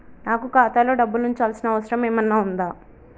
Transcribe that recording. నాకు ఖాతాలో డబ్బులు ఉంచాల్సిన అవసరం ఏమన్నా ఉందా?